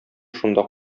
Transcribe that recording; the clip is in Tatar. шунда